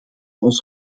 ons